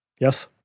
yes